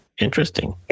Interesting